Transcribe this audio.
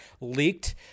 leaked